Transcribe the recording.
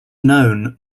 known